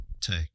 take